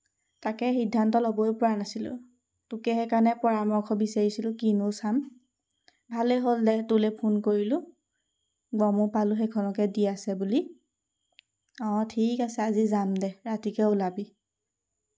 তাকে সিদ্ধান্ত ল'বই পৰা নাছিলোঁ তোকে সেইকাৰণে পৰামৰ্শ বিচাৰিছিলোঁ কিনো চাম ভালে হ'ল দে তোলৈ ফোন কৰিলোঁ গমো পালোঁ সেইখনকে দি আছে বুলি অঁ ঠিক আছে আজি যাম দে ৰাতিকৈ ওলাবি